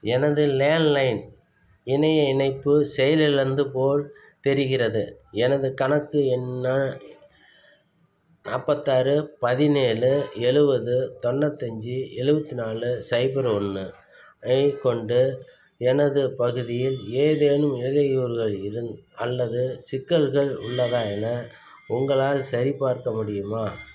எனது லேண்ட்லைன் இணைய இணைப்பு செயலிலேந்து போல் தெரிகிறது எனது கணக்கு எண்ணா நாற்பதாறு பதினேழு எழுவது தொண்ணூற்றுஞ்சி எழுவத்தி நாலு சைபர் ஒன்று ஐக் கொண்டு எனது பகுதியில் ஏதேனும் இடையூறுகள் இருந் அல்லது சிக்கல்கள் உள்ளதா என உங்களால் சரிபார்க்க முடியுமா